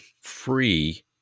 free